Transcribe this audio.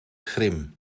grim